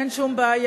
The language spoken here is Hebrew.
אין שום בעיה.